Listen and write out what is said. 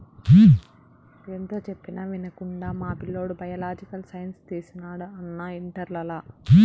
ఎంత చెప్పినా వినకుండా మా పిల్లోడు బయలాజికల్ సైన్స్ తీసినాడు అన్నా ఇంటర్లల